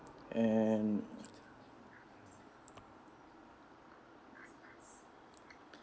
and